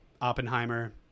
oppenheimer